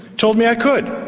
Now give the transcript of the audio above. told me i could,